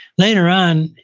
later on,